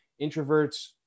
introverts